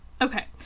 Okay